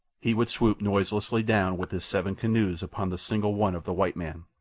he would swoop noiselessly down with his seven canoes upon the single one of the white man,